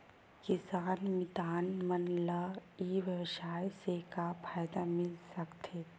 किसान मितान मन ला ई व्यवसाय से का फ़ायदा मिल सकथे?